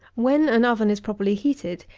when an oven is properly heated,